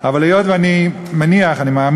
אין הישגים, אין אור בקצה המנהרה, ואני חושב